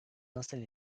nasıl